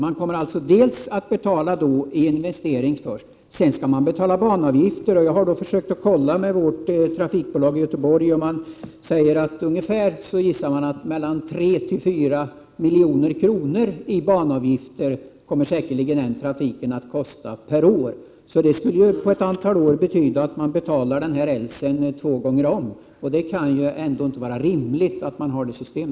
Man kommer alltså först att betala för investering, och sedan skall man betala banavgifter. Jag har försökt kolla med vårt trafikbolag i Göteborg. Man säger där att den trafiken säkerligen kommer att kosta mellan 3 och 4 milj.kr. per år. Det skulle betyda att man på ett antal år betalar den här rälsen två gånger om, och det kan ju ändå inte vara rimligt att ha ett sådant system.